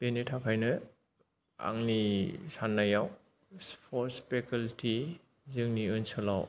बेनि थाखायनो आंनि साननायाव स्पर्टस प्कालटि जोंनि ओनसोलाव